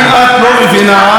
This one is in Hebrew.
אם את לא מבינה,